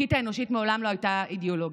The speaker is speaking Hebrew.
לזיקית האנושית מעולם לא הייתה אידיאולוגיה.